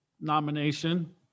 nomination